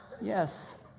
Yes